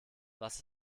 was